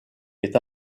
est